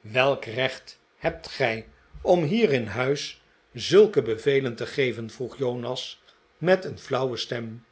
welk recht hebt gij om hier in huis zulke bevelen te geven vroeg jonas met een flauwe stem